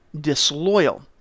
disloyal